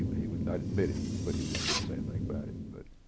he would not admit it but he just wouldn't say anything about it. but